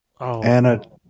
Anna